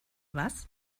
was